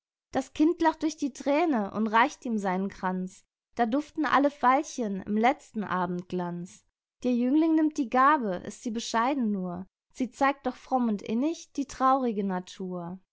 das kind lacht durch die thräne und reicht ihm seinen kranz da duften alle veilchen im letzten abendglanz der jüngling nimmt die gabe ist sie bescheiden nur sie zeigt doch fromm und innig die traurige natur